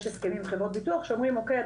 הסכמים עם חברות ביטוח שאומרים או.קיי.,